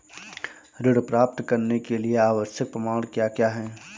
ऋण प्राप्त करने के लिए आवश्यक प्रमाण क्या क्या हैं?